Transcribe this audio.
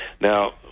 Now